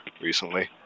recently